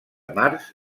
març